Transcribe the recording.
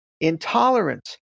intolerance